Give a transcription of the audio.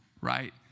right